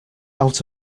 out